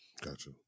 Gotcha